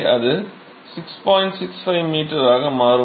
65 m ஆக மாறும்